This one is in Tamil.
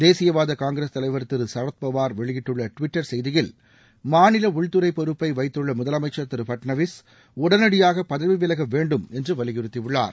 தேசியவாத காங்கிரஸ் தலைவர் திரு சரத்பவார் வெளியிட்டுள்ள டிவிட்டர் செய்தியில் மாநில உள்துறை பொறுப்பை வைத்துள்ள முதலமைச்சர் திரு ஃபட்னாவிஸ் உடனடியாக பதவி விலக வேண்டும் என்று வலியுறுத்தியுள்ளார்